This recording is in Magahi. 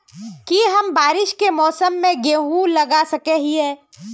की हम बारिश के मौसम में गेंहू लगा सके हिए?